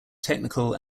technical